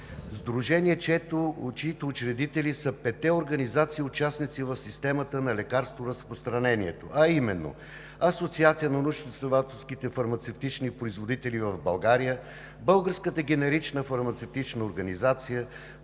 на лекарствата“, чиито учредители са петте организации, участници в системата на лекарстворазпространение, а именно: Асоциацията на научноизследователските фармацевтични производители в България, Българската генерична фармацевтична организация,